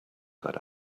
got